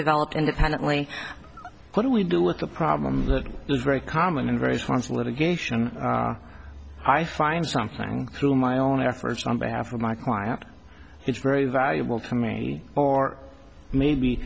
developed independently what do we do with a problem that is very common in various forms of litigation i find something through my own efforts on behalf of my client it's very valuable to me or maybe